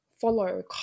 follow